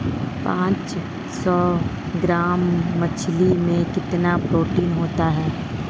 पांच सौ ग्राम मछली में कितना प्रोटीन होता है?